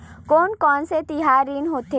कोन कौन से तिहार ऋण होथे?